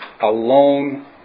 alone